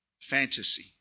fantasy